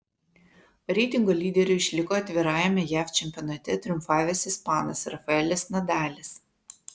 reitingo lyderiu išliko atvirajame jav čempionate triumfavęs ispanas rafaelis nadalis